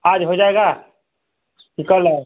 आज हो जायेगा कि कल आएं